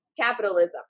capitalism